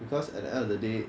because at the end of the day